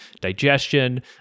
digestion